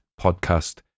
podcast